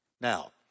Now